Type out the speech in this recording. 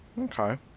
Okay